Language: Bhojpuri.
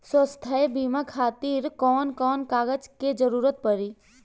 स्वास्थ्य बीमा खातिर कवन कवन कागज के जरुरत पड़ी?